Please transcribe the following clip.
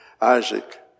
Isaac